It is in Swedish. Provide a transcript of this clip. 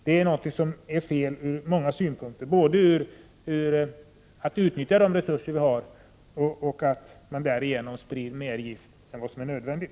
Det är fel från många synpunkter, med tanke på att det gäller både att utnyttja de resurser vi har och att inte sprida mer gift än vad som är nödvändigt.